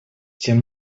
тем